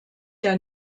der